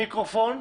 מיקרופון,